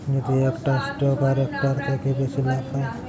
যদি একটা স্টক আরেকটার থেকে বেশি লাভ পায়